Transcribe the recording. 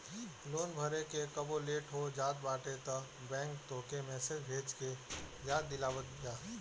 loan भरे में कबो लेट हो जात बाटे तअ बैंक तोहके मैसेज भेज के याद दिलावत बिया